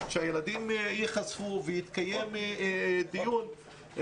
שהילדים ייחשפו והתקיים דיון.